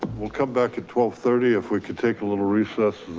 we'll come back at twelve thirty, if we could take a little recess.